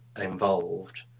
involved